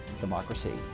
democracy